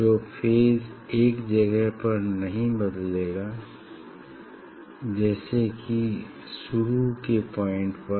तो फेज एक जगह पर नहीं बदलेगा जैसे की शुरू के पॉइंट पर